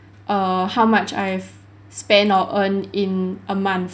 err how much I have spent or earned in a month